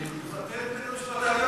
תבטל את בית-המשפט העליון,